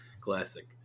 Classic